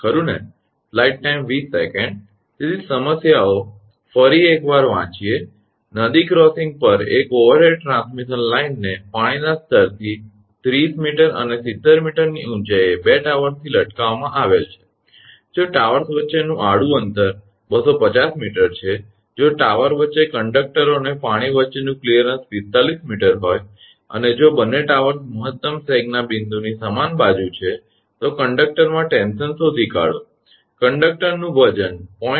તેથી ફક્ત સમસ્યાને ફરી એકવાર વાંચીએ નદી ક્રોસિંગ પર એક ઓવરહેડ ટ્રાન્સમિશન લાઇન ને પાણીના સ્તરથી 30 𝑚 અને 70 𝑚 ની ઊંચાઇએ 2 ટાવર્સથી લટકાવવામાં આવેલ છે જો ટાવર વચ્ચેનું આડું અંતર 250 𝑚 છે જો ટાવર વચ્ચે કંડકટરો અને પાણીની વચ્ચેનું કલીયરન્સ 45 𝑚 હોય અને જો બંને ટાવર્સ મહત્તમ સેગના બિંદુની સમાન બાજુ છે તો કંડક્ટરમાં ટેન્શન શોધી કાઢો કંડક્ટરનું વજન 0